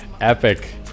Epic